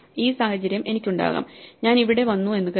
ഈ സാഹചര്യം എനിക്കുണ്ടാകാം ഞാൻ ഇവിടെ വന്നു എന്ന് കരുതുക